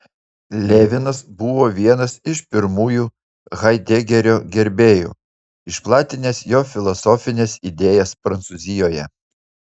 levinas buvo vienas iš pirmųjų haidegerio gerbėjų išplatinęs jo filosofines idėjas prancūzijoje